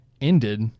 ended